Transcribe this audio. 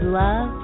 love